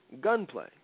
Gunplay